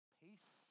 peace